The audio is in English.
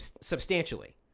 Substantially